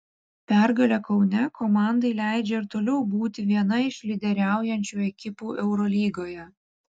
pergalė kaune komandai leidžia ir toliau būti viena iš lyderiaujančių ekipų eurolygoje